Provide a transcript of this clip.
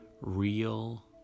real